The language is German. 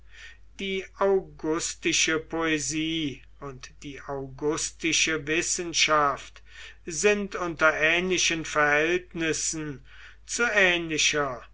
die augustische poesie und die augustische wissenschaft sind unter ähnlichen verhältnissen zu ähnlicher